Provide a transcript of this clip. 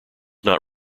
not